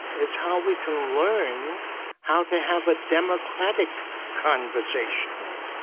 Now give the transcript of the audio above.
is how we can learn how to have a democratic conversation.